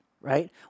Right